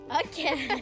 okay